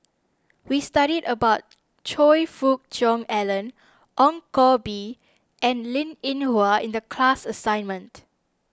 we studied about Choe Fook Cheong Alan Ong Koh Bee and Linn in Hua in the class assignment